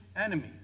enemies